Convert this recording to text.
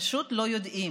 פשוט לא יודעים,